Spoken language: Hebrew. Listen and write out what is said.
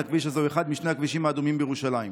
הכביש הזה הוא אחד משני הכבישים האדומים בירושלים.